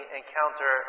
encounter